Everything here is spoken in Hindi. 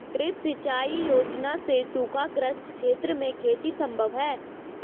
ड्रिप सिंचाई योजना से सूखाग्रस्त क्षेत्र में खेती सम्भव है